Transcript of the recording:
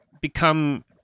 become